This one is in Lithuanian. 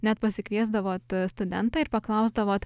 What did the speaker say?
net pasikviesdavot studentą ir paklausdavot